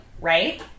right